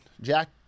Jack